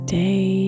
day